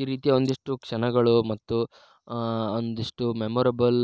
ಈ ರೀತಿಯ ಒಂದಿಷ್ಟು ಕ್ಷಣಗಳು ಮತ್ತು ಒಂದಿಷ್ಟು ಮೆಮೊರೆಬಲ್